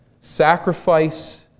sacrifice